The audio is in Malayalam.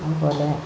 അത്പോലെ